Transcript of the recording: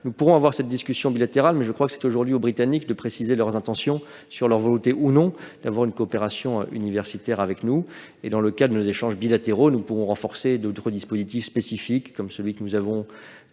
Nous pourrons avoir cette discussion bilatérale, mais je crois que c'est aujourd'hui aux Britanniques de préciser leurs intentions sur leur volonté ou non d'avoir une coopération universitaire avec nous. Dans le cadre de nos échanges bilatéraux, nous pourrons renforcer d'autres dispositifs spécifiques, comme celui des ou des